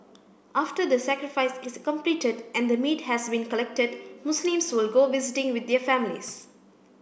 after the sacrifice is completed and the meat has been collected Muslims will go visiting with their families